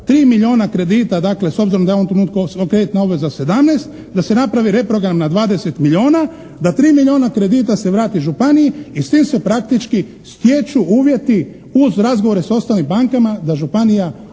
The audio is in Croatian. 3 milijuna kredita, dakle s obzirom da je u ovom trenutku kreditna obveza 17, da se napravi reprogram na 20 milijuna, da 3 milijuna kredita se vrati županiji i s tim se praktički stječu uvjeti uz razgovore s ostalim bankama da županija